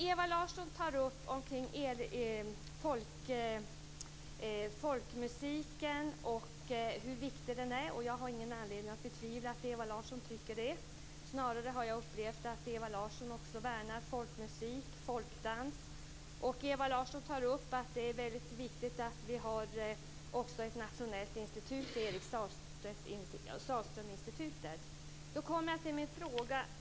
Ewa Larsson tar upp folkmusiken och hur viktig den är. Jag har ingen anledning att betvivla att Ewa Larsson tycker det. Snarare har jag upplevt att Ewa Larsson också värnar folkmusik och folkdans. Ewa Larsson tar upp att det är väldigt viktigt att vi också har ett nationellt institut, Eric Sahlströminstitutet. Då kommer jag till det jag undrar över.